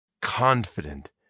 confident